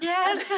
Yes